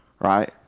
right